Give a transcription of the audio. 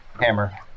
Hammer